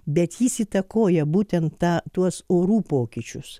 bet jis įtakoja būtent tą tuos orų pokyčius